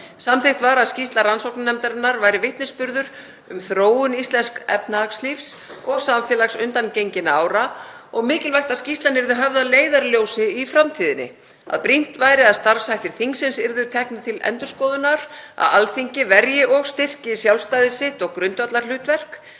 Samþykkt var að skýrsla rannsóknarnefndarinnar yrði vitnisburður um þróun íslensks efnahagslífs og samfélags undangenginna ára og mikilvægt að skýrslan yrði höfð að leiðarljósi í framtíðinni; að brýnt væri að starfshættir þingsins yrðu teknir til endurskoðunar, að Alþingi myndi verja og styrkja sjálfstæði sitt og grundvallarhlutverk,